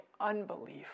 unbelief